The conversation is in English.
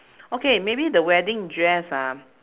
okay maybe the wedding dress ah